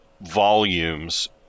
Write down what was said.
volumes